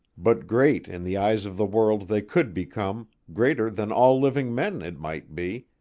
but great in the eyes of the world they could become, greater than all living men, it might be,